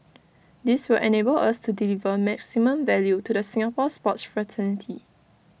this will enable us to deliver maximum value to the Singapore sports fraternity